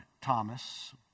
Thomas